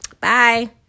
Bye